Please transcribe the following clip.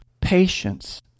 Patience